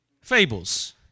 fables